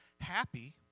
Happy